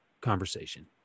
conversation